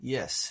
Yes